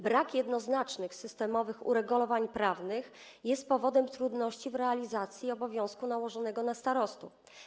Brak jednoznacznych, systemowych uregulowań prawnych jest powodem trudności w realizacji obowiązku nałożonego na starostów.